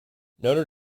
notre